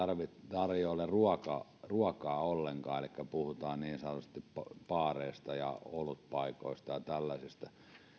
tarjoile ruokaa ruokaa ollenkaan elikkä puhutaan niin sanotusti baareista ja olutpaikoista ja tällaisista